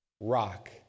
rock